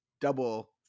double